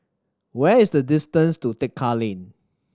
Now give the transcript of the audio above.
where is the distance to Tekka Lane